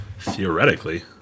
Theoretically